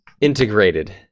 Integrated